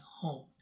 home